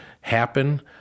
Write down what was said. happen